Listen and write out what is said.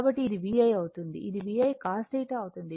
కాబట్టి ఇది VI అవుతుంది ఇది VI cos θ అవుతుంది